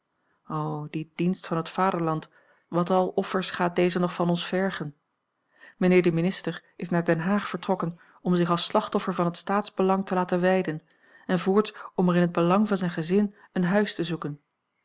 die dienst van het vaderland wat al offers gaat deze nog van ons vergen mijnheer de minister is naar den haag vertrokken om zich als slachtoffer van het staatsbelang te laten wijden en voorts om er in het belang van zijn gezin een huis te zoeken